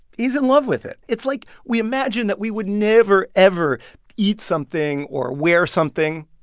he's in love with it. it's like, we imagine that we would never, ever eat something or wear something,